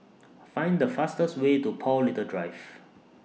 Find The fastest Way to Paul Little Drive